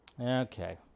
Okay